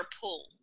pull